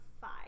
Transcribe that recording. five